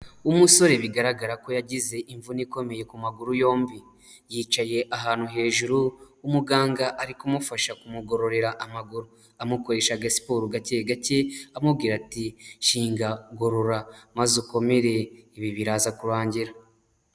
Umusore bigaragara ko yagize imvune ikomeye ku maguru yombi, yicaye ahantu hejuru umuganga ari kumufasha kumugororera amaguru, amukoresha agasiporo gake gake amubwira ati shinga, gorora maze ukomere, ibi biraza kurangira.